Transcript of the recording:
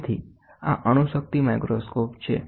તેથી આ અણુશક્તિ માઇક્રોસ્કોપ છે